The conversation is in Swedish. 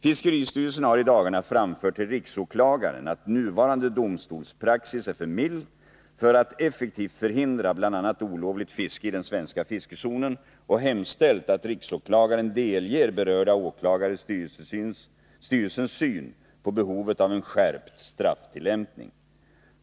Fiskeristyrelsen har i dagarna framfört till riksåklagaren att nuvarande domstolspraxis är för mild för att effektivt förhindra bl.a. olovligt fiske i den svenska fiskezonen och hemställt att riksåklagaren delger berörda åklagare styrelsens syn på behovet av en skärpt strafftillämpning.